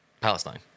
Palestine